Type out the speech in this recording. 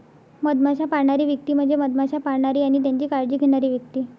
मधमाश्या पाळणारी व्यक्ती म्हणजे मधमाश्या पाळणारी आणि त्यांची काळजी घेणारी व्यक्ती